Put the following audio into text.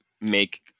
make